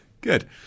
good